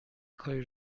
کاری